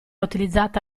utilizzata